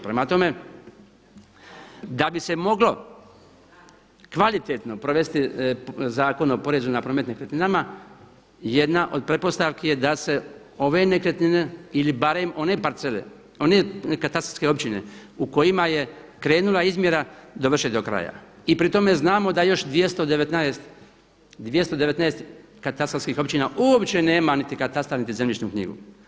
Prema tome, da bi se moglo kvalitetno provesti Zakon o prorezu na promet nekretninama jedna od pretpostavki je da se ove nekretnine ili barem one parcele, one katastarske općine u kojima je krenula izmjera dovrše do kraja i pri tome znamo da još 219 katastarskih općina uopće nema niti katastar niti zemljišnu knjigu.